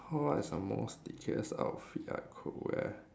what is the most ridiculous outfit I could wear